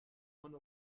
one